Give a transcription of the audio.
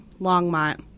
Longmont